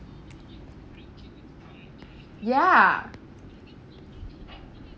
ya